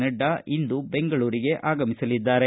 ನಡ್ಡಾ ಇಂದು ಬೆಂಗಳೂರಿಗೆ ಆಗಮಿಸಲಿದ್ದಾರೆ